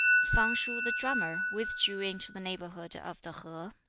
fang-shuh, the drummer, withdrew into the neighborhood of the ho.